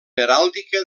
heràldica